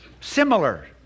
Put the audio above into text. Similar